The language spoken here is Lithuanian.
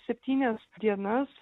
septynias dienas